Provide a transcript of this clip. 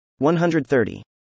130